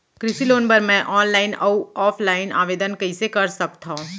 कृषि लोन बर मैं ऑनलाइन अऊ ऑफलाइन आवेदन कइसे कर सकथव?